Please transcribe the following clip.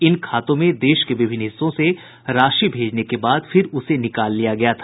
इन खातों में देश के विभिन्न हिस्सों से राशि भेजने के बाद फिर उसे निकाल लिया गया था